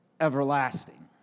everlasting